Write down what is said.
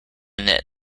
knit